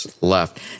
left